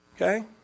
Okay